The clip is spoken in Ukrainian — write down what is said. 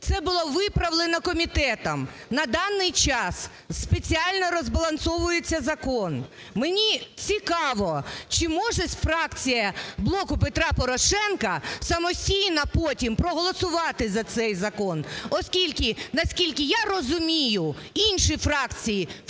Це було виправлено комітетом. На даний час, спеціально розбалансовується закон. Мені цікаво, чи може фракція "Блоку Петра Порошенка" самостійно потім проголосувати за цей закон, оскільки, наскільки я розумію, інші фракції в